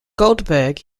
goldberg